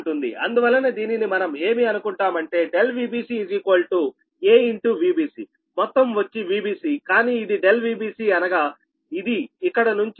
అందువలన దీనిని మనం ఏమి అనుకుంటాము అంటే ∆Vbca Vbcమొత్తం వచ్చి Vbcకానీ ఇది ∆Vbc అనగా ఇది ఇక్కడ నుంచి ఇక్కడకు